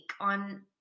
on